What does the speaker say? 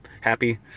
happy